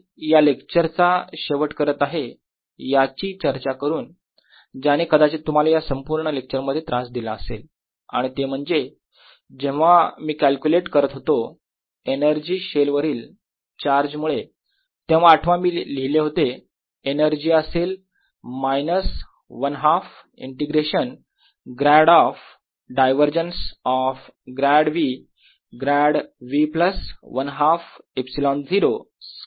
Q24π0R मी या लेक्चरचा शेवट करत आहे याची चर्चा करून ज्याने कदाचित तुम्हाला या संपूर्ण लेक्चर मध्ये त्रास दिला असेल आणि ते म्हणजे जेव्हा मी कॅल्क्युलेट करत होतो एनर्जी शेल वरील चार्ज मुळे तेव्हा आठवा मी लिहिले होते एनर्जी असेल minus 1 half integration grad of- divergence of grad V grad V plus 1 half square E